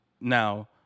now